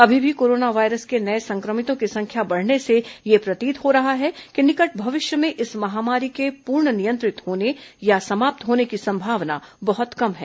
अभी भी corona virus के नए संक्रमितों की संख्या बढ़ने से यह प्रतीत हो रहा है कि निकट भविष्य में इस महामारी के पूर्ण नियंत्रित होने या समाप्त होने की संभावना बहुत कम है